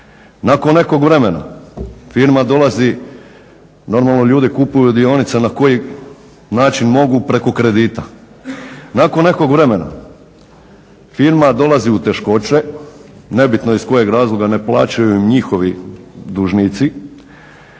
Nakon nekog vremena firma dolazi u teškoće, nebitno iz kojeg razloga, ne plaćaju im njihovi dužnici.